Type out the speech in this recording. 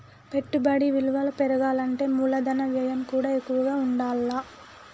పెట్టుబడి విలువ పెరగాలంటే మూలధన వ్యయం కూడా ఎక్కువగా ఉండాల్ల